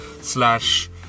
slash